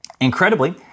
Incredibly